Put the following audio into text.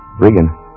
Regan